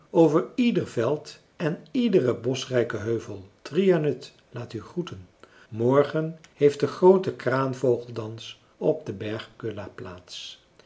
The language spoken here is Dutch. over ieder veld en iederen boschrijken heuvel trianut laat u groeten morgen heeft de groote kraanvogeldans op den berg kulla plaats